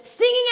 singing